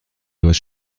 dois